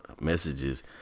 messages